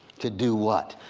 to do what?